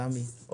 סמי,